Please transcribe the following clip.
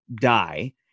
die